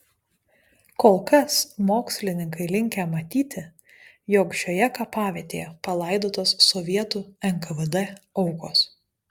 kol kas mokslininkai linkę matyti jog šioje kapavietėje palaidotos sovietų nkvd aukos